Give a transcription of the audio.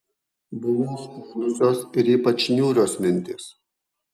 buvo užplūdusios ir ypač niūrios mintys